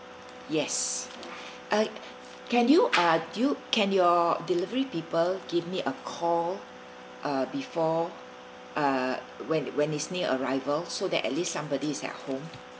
yes uh can you uh do you can your delivery people give me a call uh before uh when when is near arrival so that at least somebody is at home